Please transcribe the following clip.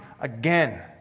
again